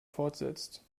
fortsetzt